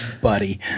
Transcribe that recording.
Buddy